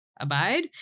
abide